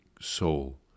soul